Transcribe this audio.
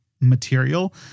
material